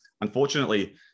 unfortunately